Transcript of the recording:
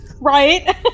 right